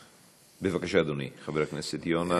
בבקשה, אדוני, חבר הכנסת יונה.